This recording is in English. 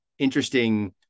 interesting